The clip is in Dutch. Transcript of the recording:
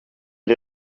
een